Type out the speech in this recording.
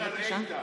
בבקשה.